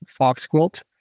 FoxQuilt